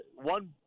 one